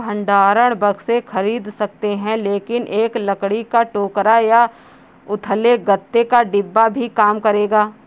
भंडारण बक्से खरीद सकते हैं लेकिन एक लकड़ी का टोकरा या उथले गत्ते का डिब्बा भी काम करेगा